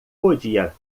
podia